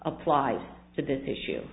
applies to this issue